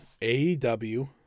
AEW